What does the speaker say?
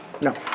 No